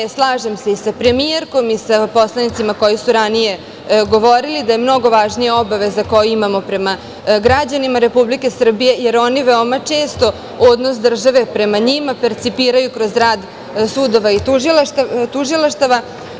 Slažem se sa premijerkom i sa poslanicima koji su ranije govorili, da je mnogo važnija obaveza koju imamo prema građanima Republike Srbije, jer oni veoma često odnos države prema njima percipiraju kroz rad sudova i tužilaštava.